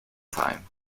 time